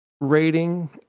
rating